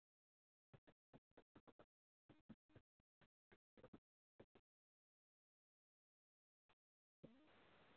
अ